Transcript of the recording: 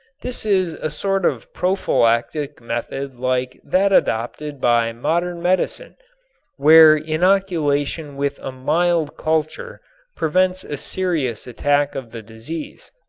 this is a sort of prophylactic method like that adopted by modern medicine where inoculation with a mild culture prevents a serious attack of the disease.